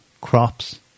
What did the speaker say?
Crops